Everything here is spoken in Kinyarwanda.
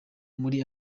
muri